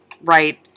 right